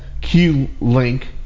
Q-Link